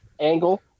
angle